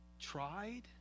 tried